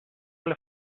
alle